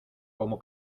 como